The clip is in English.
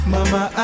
Mama